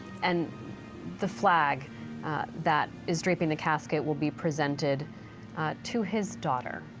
and the flag that is draping the casket will be presented to his daughter.